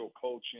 coaching